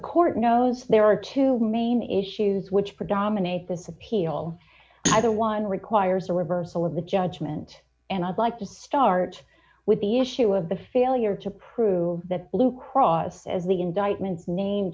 court knows there are two main issues which predominate this appeal either one requires a reversal of the judgment and i'd like to start with the issue of the failure to prove that blue cross as the indictment name